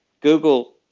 Google